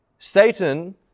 Satan